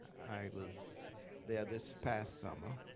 i was there this past summer.